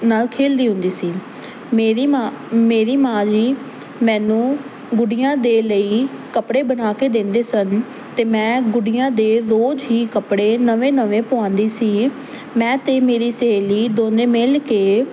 ਨਾਲ ਖੇਲਦੀ ਹੁੰਦੀ ਸੀ ਮੇਰੀ ਮਾ ਮੇਰੀ ਮਾਂ ਜੀ ਮੈਨੂੰ ਗੁੱਡੀਆਂ ਦੇ ਲਈ ਕੱਪੜੇ ਬਣਾ ਕੇ ਦਿੰਦੇ ਸਨ ਤੇ ਮੈਂ ਗੁੱਡੀਆਂ ਦੇ ਰੋਜ਼ ਹੀ ਕੱਪੜੇ ਨਵੇਂ ਨਵੇਂ ਪਵਾਂਦੀ ਸੀ ਮੈਂ ਤੇ ਮੇਰੀ ਸਹੇਲੀ ਦੋਨੇ ਮਿਲ ਕੇ